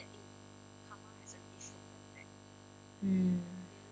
mm